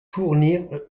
fournir